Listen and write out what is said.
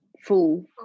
full